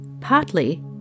partly